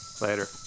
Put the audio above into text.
Later